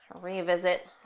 revisit